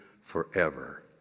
forever